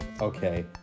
okay